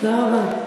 תודה רבה.